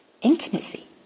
Intimacy